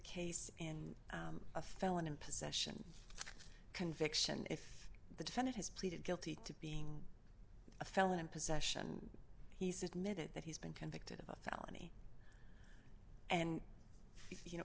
case and a felon in possession conviction if the defendant has pleaded guilty to being a felon in possession he says minute that he's been convicted of a felony and you know